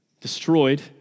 Destroyed